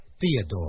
Theodore